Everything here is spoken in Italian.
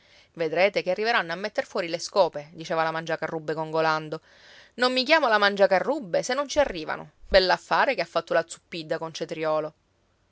vedrete che arriveranno a metter fuori le scope diceva la mangiacarrubbe gongolando non mi chiamo la mangiacarrubbe se non ci arrivano bell'affare che ha fatto la zuppidda con cetriolo